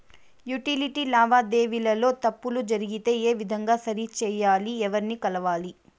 Utility లావాదేవీల లో తప్పులు జరిగితే ఏ విధంగా సరిచెయ్యాలి? ఎవర్ని కలవాలి?